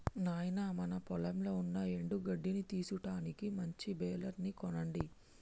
నాయినా మన పొలంలో ఉన్న ఎండు గడ్డిని తీసుటానికి మంచి బెలర్ ని కొనండి